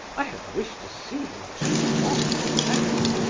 i have wished to see him too long for that.